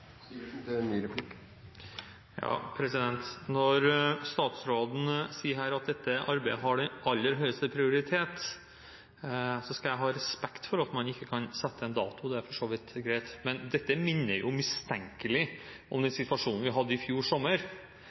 Når statsråden sier her at dette arbeidet har den aller høyeste prioritet, skal jeg ha respekt for at man ikke kan sette en dato – det er for så vidt greit – men dette minner jo mistenkelig om den situasjonen vi hadde i fjor sommer,